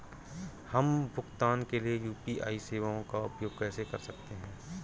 हम भुगतान के लिए यू.पी.आई सेवाओं का उपयोग कैसे कर सकते हैं?